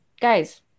guys